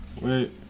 Wait